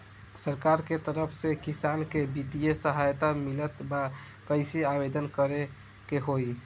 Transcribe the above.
सरकार के तरफ से किसान के बितिय सहायता मिलत बा कइसे आवेदन करे के होई?